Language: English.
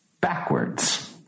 backwards